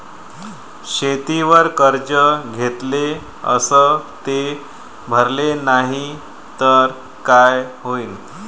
शेतीवर कर्ज घेतले अस ते भरले नाही तर काय होईन?